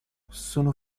possono